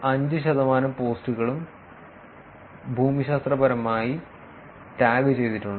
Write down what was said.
5 ശതമാനം പോസ്റ്റുകളും ഭൂമിശാസ്ത്രപരമായി ടാഗുചെയ്തിട്ടുണ്ട്